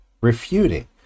Refuting